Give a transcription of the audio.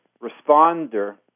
responder